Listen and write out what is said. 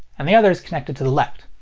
and the other is connected to the left.